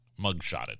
mugshotted